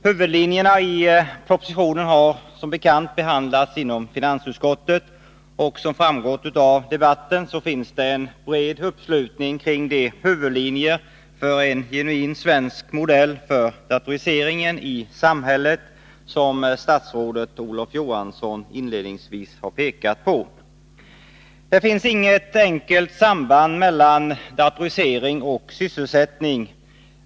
Huvudlinjerna i propositionen har behandlats inom finansutskottet, och som framgått av debatten finns en bred uppslutning kring de huvudlinjer för en genuin svensk modell för datoriseringen i samhället som statsrådet Olof Johansson inledningsvis pekat på. Det finns inget enkelt samband mellan datorisering och sysselsättning.